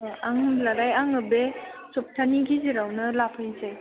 आं होमब्लालाय आङो बे सप्तानि गेजेरावनो लाफैनोसै